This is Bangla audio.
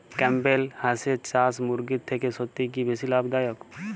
ক্যাম্পবেল হাঁসের চাষ মুরগির থেকে সত্যিই কি বেশি লাভ দায়ক?